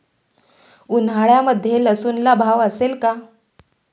उन्हाळ्यामध्ये लसूणला भाव असेल का?